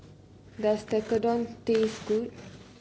does Tekkadon taste good